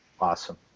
awesome